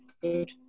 Good